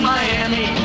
Miami